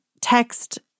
text